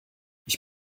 ich